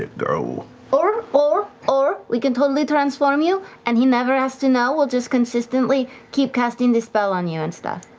it grow. laura or, or, or we can totally transform you and he never has to know. we'll just consistently keep casting this spell on you and stuff.